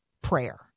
prayer